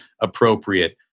appropriate